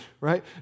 right